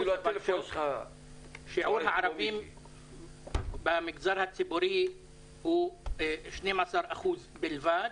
שיעור הערבים במגזר הציבורי הוא 12% בלבד.